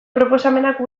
proposamenak